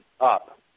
up